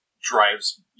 drives